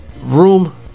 room